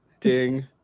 ding